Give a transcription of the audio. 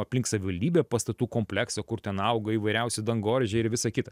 aplink savivaldybę pastatų kompleksą kur ten auga įvairiausi dangoraižiai ir visa kita